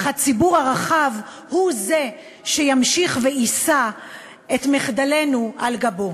אך הציבור הרחב הוא זה שימשיך ויישא את מחדלינו על גבו.